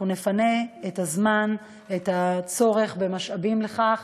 אנחנו נפנה את הזמן ואת המשאבים לכך,